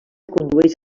condueix